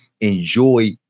enjoy